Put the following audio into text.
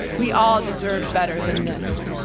we all deserve better than this.